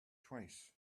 twice